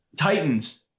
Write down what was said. Titans